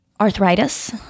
Arthritis